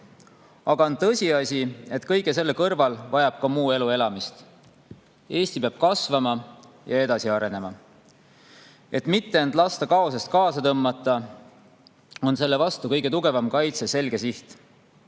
Aga on tõsiasi, et kõige selle kõrval vajab ka muu elu elamist. Eesti peab kasvama ja edasi arenema. Et mitte lasta end kaosest kaasa tõmmata, on selle vastu kõige tugevam kaitse selge siht